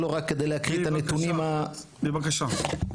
בבקשה.